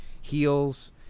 heels